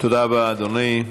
תודה רבה, אדוני.